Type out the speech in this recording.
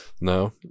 No